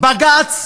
בג"ץ